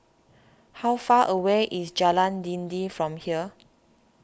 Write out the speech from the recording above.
how far away is Jalan Dinding from here